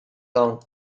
long